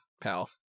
pal